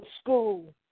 school